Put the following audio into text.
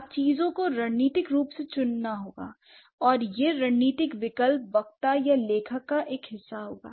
आपको चीजों को रणनीतिक रूप से चुनना होगा और यह रणनीतिक विकल्प वक्ता या लेखक का एक हिस्सा होगा